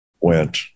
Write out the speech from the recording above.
went